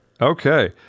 Okay